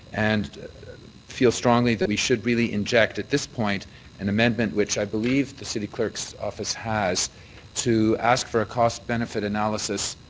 and feel strongly that we should really inject at this point an amendment which i believe the city clerk's office has to ask for a cost benefit analysis